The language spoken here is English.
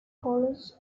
college